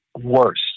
worse